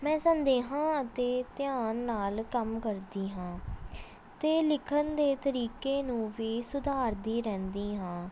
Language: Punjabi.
ਮੈਂ ਸੰਦੇਹਾ ਅਤੇ ਧਿਆਨ ਨਾਲ ਕੰਮ ਕਰਦੀ ਹਾਂ ਅਤੇ ਲਿਖਣ ਦੇ ਤਰੀਕੇ ਨੂੰ ਵੀ ਸੁਧਾਰਦੀ ਰਹਿੰਦੀ ਹਾਂ